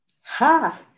Ha